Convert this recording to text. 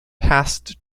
passed